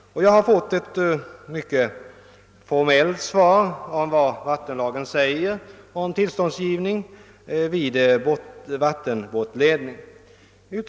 Jag har fått ett mycket formellt svar om vad vattenlagen säger om tillståndsgivning vid vattenbortledning.